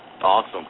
Awesome